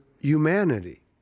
humanity